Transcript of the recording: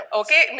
okay